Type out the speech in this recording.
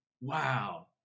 wow